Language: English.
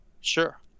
sure